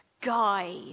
guide